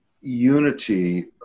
unity